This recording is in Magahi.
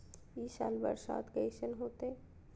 ई साल बरसात कैसन होतय?